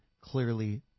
clearly